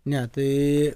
ne tai